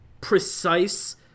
precise